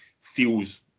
feels